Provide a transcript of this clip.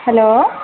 hello